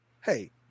Hey